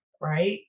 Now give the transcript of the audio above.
right